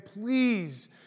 please